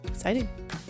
exciting